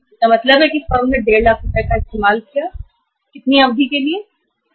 इसका मतलब फर्म ने 15 लाख रुपए कितनी अवधि के लिए इस्तेमाल किए